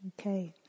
Okay